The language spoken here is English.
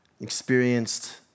experienced